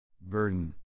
Burden